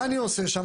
מה אני עושה שם?